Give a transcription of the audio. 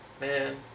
Man